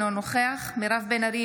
אינו נוכח מירב בן ארי,